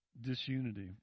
disunity